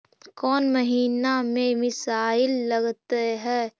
कौन महीना में मिसाइल लगते हैं?